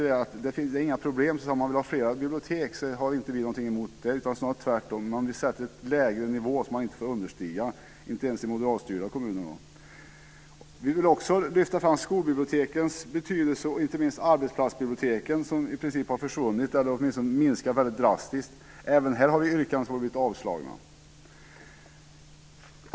Det är inga problem om man vill ha flera bibliotek. Det har vi inget emot, snarare tvärtom. Man vill sätta en lägstanivå som man inte får understiga - inte ens i moderatstyrda kommuner. Vi vill också lyfta fram skolbibliotekens betydelse och, inte minst, arbetsplatsbibliotekens. De har i princip försvunnit - eller åtminstone minskat väldigt drastiskt. Även här har vi yrkanden som har blivit avslagna.